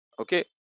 Okay